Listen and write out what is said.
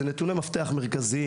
אלה נתוני מפתח מרכזיים,